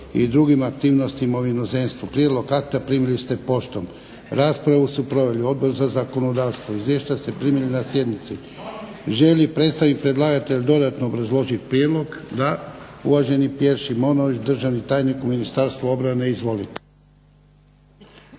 i drugim aktivnostima u inozemstvu. Prijedlog akta primili ste poštom. Raspravu su proveli Odbor za zakonodavstvo. Izvješća ste primili na sjednici. Želi li predstavnik predlagatelja dodatno obrazložiti prijedlog? Da. Uvaženi Pjer Šimonović, državni tajnik u Ministarstvu obrane. Izvolite.